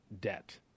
debt